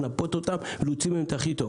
לנפות אותם ולהוציא מהם הכי טוב.